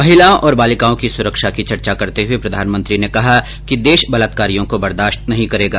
महिलाओं और बालिकाओं की सुरक्षा की चर्चा करते हुए प्रधानमंत्री ने कहा कि देश बलात्कारियों को बर्दाश्त नहीं करेगा